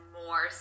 more